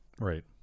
Right